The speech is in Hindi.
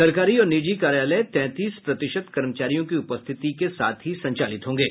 सरकारी और निजी कार्यालय तैंतीस प्रतिशत कर्मचारियों की उपस्थिति के साथ ही संचालित होंगे